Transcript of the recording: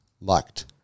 liked